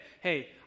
hey